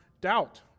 doubt